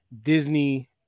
Disney